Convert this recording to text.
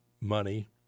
money